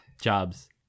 jobs